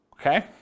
Okay